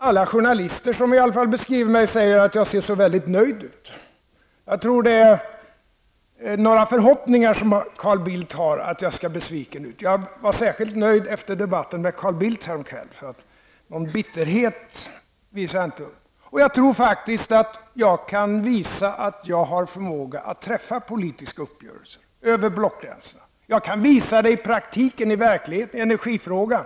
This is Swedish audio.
Alla journalister som beskriver mig säger att jag ser väldigt nöjd ut. Jag tror att det är en förhoppning hos Carl Bildt att jag skulle se besviken ut. Jag var särskilt nöjd efter debatten med Carl Bildt häromkvällen. Jag visar ingen bitterhet. Jag tror faktiskt att jag kan visa att jag har förmåga att träffa politiska uppgörelser över blockgränserna. Jag kan visa det i praktiken. Var någonstans var Carl Bildt i energifrågan?